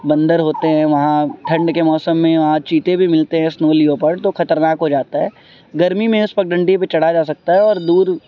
بندر ہوتے ہیں وہاں ٹھنڈ کے موسم میں وہاں چیتے بھی ملتے ہیں اسنو لیوپرڈ تو خطرناک ہو جاتا ہے گرمی میں اس پگڈنڈی پہ چڑھا جا سکتا ہے اور دور